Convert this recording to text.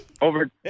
over